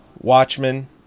Watchmen